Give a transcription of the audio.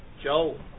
Joe